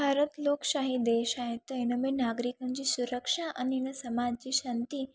भारत लोकशाही देश आहे त हिनमें नागरिकन जी सुरक्षा अने नि समाज जी शांती